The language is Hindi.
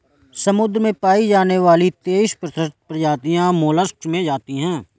समुद्र में पाई जाने वाली तेइस प्रतिशत प्रजातियां मोलस्क में आती है